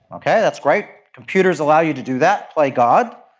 okay, that's great, computers allow you to do that, play god.